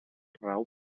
rau